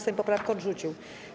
Sejm poprawkę odrzucił.